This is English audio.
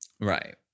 Right